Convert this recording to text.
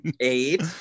eight